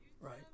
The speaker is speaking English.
Right